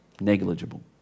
negligible